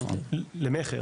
למכר.